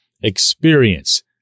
experience